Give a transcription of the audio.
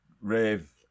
rave